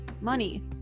money